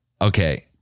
okay